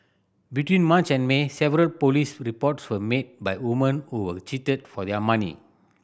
between March and May several police reports were made by woman who were cheated for their money